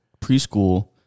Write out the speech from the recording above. preschool